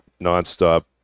nonstop